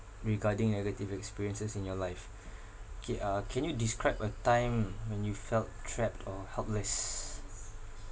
regarding negative experiences in your life K uh can you describe a time when you felt trapped or helpless